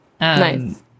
Nice